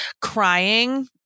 Crying